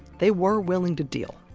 they were willing to deal.